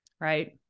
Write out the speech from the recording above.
right